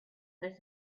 this